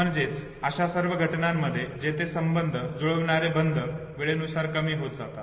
म्हणजेच अशा सर्व घटनांमध्ये जेथे संबंध जुळवणारे बंध वेळेनुसार कमी होत जातात